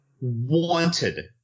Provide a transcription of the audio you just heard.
wanted